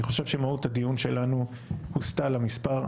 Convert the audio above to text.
אני חושב שמהות הדיון שלנו הוסטה למספר,